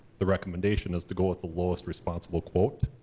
the recommendation is to go with the lowest responsible quote.